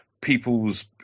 people's